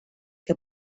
que